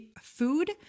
food